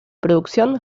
producción